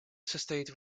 состоять